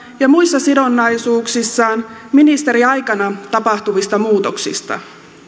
ja muissa sidonnaisuuksissaan ministeriaikana tapahtuvista muutoksista